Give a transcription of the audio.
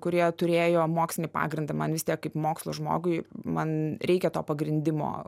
kurie turėjo mokslinį pagrindą man vis tiek kaip mokslo žmogui man reikia to pagrindimo